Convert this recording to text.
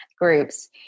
groups